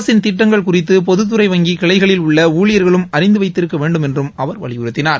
அரசின் திட்டங்கள் குறித்து பொதுத்துறை வங்கி கிளைகளில் உள்ள ஊழியர்களும் அறிந்து வைத்திருக்க வேண்டும் என்றும் அவர் வலியுறுத்தினார்